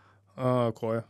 a koja